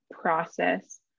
process